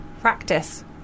Practice